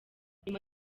nyuma